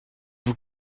vous